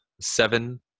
seven